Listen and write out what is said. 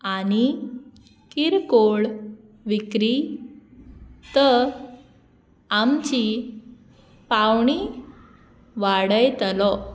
आनी किरकोळ विक्री त पावणी वाडयतलो